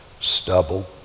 stubble